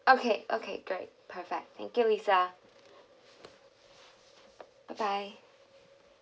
okay okay great perfect thank you lisa bye bye